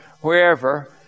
wherever